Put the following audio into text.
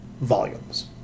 volumes